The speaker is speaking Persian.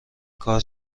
کار